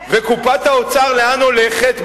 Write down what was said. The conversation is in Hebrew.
נו, וקופת האוצר לאן הולכת?